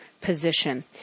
position